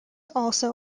also